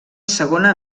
segona